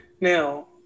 Now